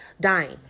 dying